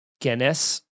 Guinness